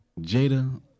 Jada